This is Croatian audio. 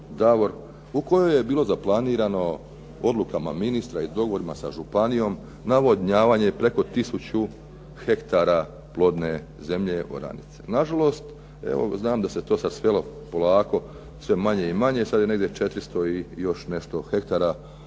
u kojoj je bilo za planirano odlukama ministra i dogovora sa županijom navodnjavanje preko tisuću hektara plodne zemlje oranice. Nažalost, evo znam da se to svelo polako sve manje i manje, sada je negdje 400 i još nešto hektara površine